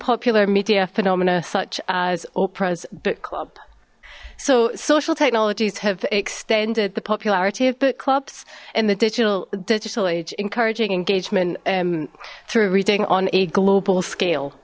popular media phenomena such as oprah's book club so social technologies have extended the popularity of book clubs in the digital digital age encouraging engagement through reading on a global scale